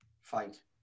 Fight